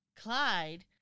Clyde